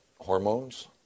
hormones